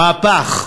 מהפך,